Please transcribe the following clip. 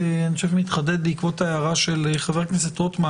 שאני חושב שמתחדד בעקבות ההערה של חבר הכנסת רוטמן